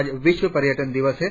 आज विश्व पर्यटन दिवस है